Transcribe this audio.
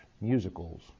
musicals